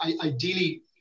ideally